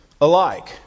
alike